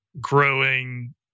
growing